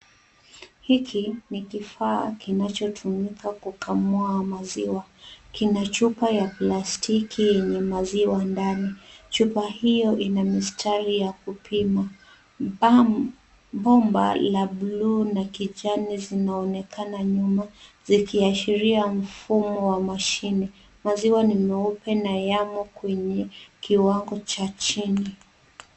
Hiki ni kifaa kinachotumika kukamua maziwa. Kina chupa ya plastiki yenye maziwa ndani, chupa hiyo ina mistari ya kupima. Bomba la buluu na kijani zinaonekana nyuma zikiashiria mfumo wa mashine. Maziwa ni meupe na yamo kwenye kiwango cha chini.